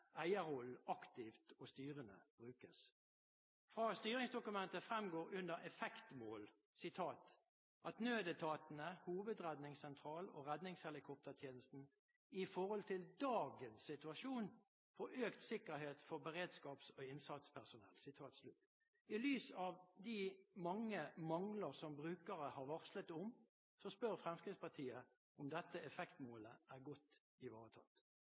eierrollen aktivt og styrende brukes. Fra styringsdokumentet fremgår under Effektmål: «Nødetatene, Hovedredningssentralen og Redningshelikoptertjenesten skal, i forhold til dagens situasjon, få: Økt sikkerhet for beredskaps- og innsatspersonell.» I lys av de mange mangler som brukere har varslet om, spør Fremskrittspartiet om dette effektmålet er godt ivaretatt.